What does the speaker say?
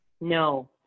No